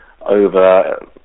over